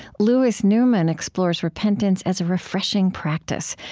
louis newman explores repentance as a refreshing practice,